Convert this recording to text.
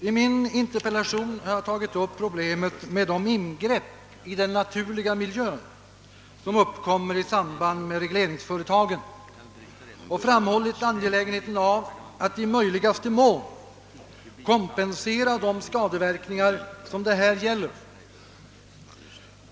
I min interpellation har jag tagit upp problemet med de ingrepp i den naturliga miljön, som görs i samband med regleringsföretagen, och framhållit angelägenheten av att man i möjligaste mån kompenserar de skadeverkningar, som det här gäller.